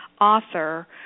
author